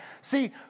See